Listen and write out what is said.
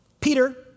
Peter